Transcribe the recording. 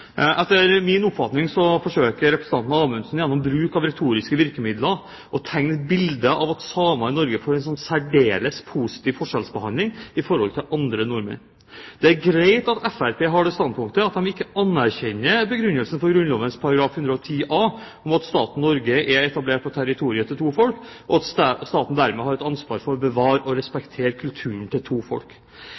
Etter min oppfatning forsøker representanten Amundsen gjennom bruk av retoriske virkemidler å tegne det bildet at samer i Norge får en særdeles positiv forskjellsbehandling i forhold til andre nordmenn. Det er greit at Fremskrittspartiet har det standpunktet at de ikke anerkjenner begrunnelsen for Grunnloven § 110a om at staten Norge er etablert på territoriet til to folk, og at staten dermed har et ansvar for å bevare og respektere kulturen til to folk.